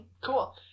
cool